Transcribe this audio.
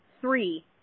Three